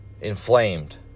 inflamed